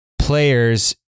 players